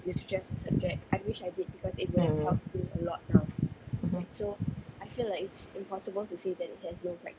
mm mmhmm